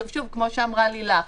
שוב, כמו שאמרה לילך,